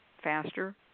Faster